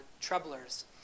troublers